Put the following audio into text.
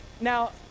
Now